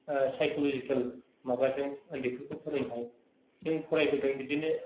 psychological माबाजों उन्दैफोरखौ फोरोंनो हायो जों फरायबोदों बिदिनो